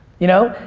you know?